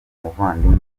umuvandimwe